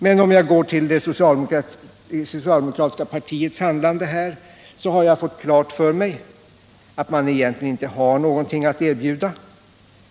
Men om jag går till det socialdemokratiska partiets handlande, så har jag fått klart för mig att man egentligen inte har någonting att erbjuda.